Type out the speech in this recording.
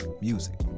music